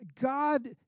God